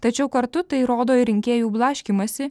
tačiau kartu tai rodo ir rinkėjų blaškymąsi